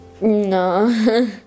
No